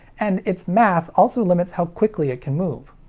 and its mass also limits how quickly it can move.